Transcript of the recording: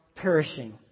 Perishing